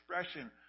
expression